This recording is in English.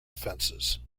offences